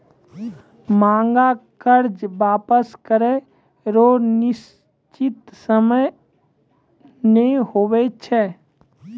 मांग कर्जा वापस करै रो निसचीत सयम नै हुवै छै